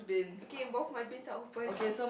okay both my bins are open